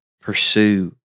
pursue